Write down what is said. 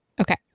Okay